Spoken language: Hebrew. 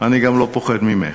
אני גם לא פוחד ממך.